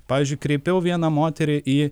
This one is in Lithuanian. pavyzdžiui kreipiau vieną moterį į